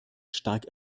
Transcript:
stark